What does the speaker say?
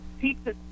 pizza